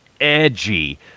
edgy